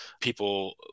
people